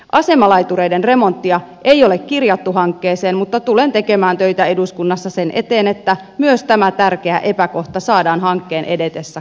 asemalaitureiden remonttia ei ole kirjattu hankkeeseen mutta tulen tekemään töitä eduskunnassa sen eteen että myös tämä tärkeä epäkohta saadaan hankkeen edetessä korjattua